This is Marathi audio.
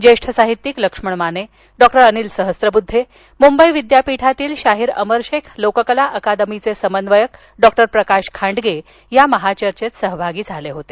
ज्येष्ठ साहित्यिक लक्ष्मण माने डॉक्टर अनिल सहस्रबुद्धे मुंबई विद्यापीठातील शाहीर अमर शेख लोककला अकादमीचे समन्वयक डॉक्टर प्रकाश खांडगे या महाचर्चेत सहभागी झाले होते